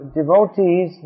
devotees